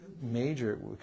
major